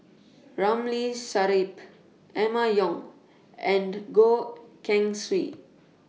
Ramli Sarip Emma Yong and Goh Keng Swee